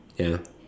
ya